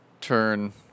turn